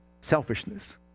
selfishness